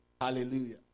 Hallelujah